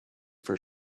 for